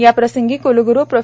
या प्रसंगी कुलग्रु प्रो